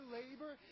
labor